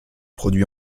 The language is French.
produit